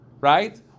right